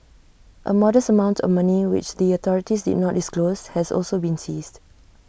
A modest amount of money which the authorities did not disclose has also been seized